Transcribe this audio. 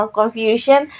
confusion